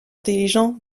intelligents